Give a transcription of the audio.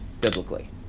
biblically